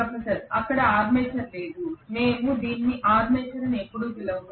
professor అక్కడ armature లేదు మేము దీనిని ఆర్మేచర్ అని ఎప్పుడూ పిలవము